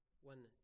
one